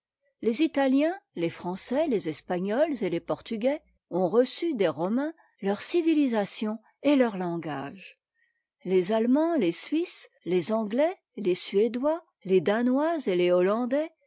les italiens les français les espagnols et les portugais ont reçu des romains leur civilisation et leur langage les allemands les suisses les anglais les suédois les danois et tes hollandais